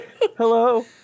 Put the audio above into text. Hello